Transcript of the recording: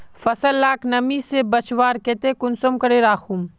फसल लाक नमी से बचवार केते कुंसम करे राखुम?